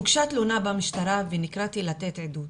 הוגשה תלונה במשטרה ונקראתי לתת עדות.